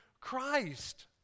Christ